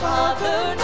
Father